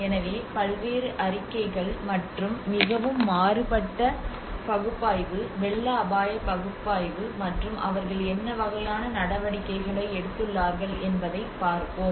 எனவே பல்வேறு அறிக்கைகள் மற்றும் மிகவும் மாறுபட்ட பகுப்பாய்வு வெள்ள அபாய பகுப்பாய்வு மற்றும் அவர்கள் என்ன வகையான நடவடிக்கைகளை எடுத்துள்ளார்கள் என்பதைப் பார்ப்போம்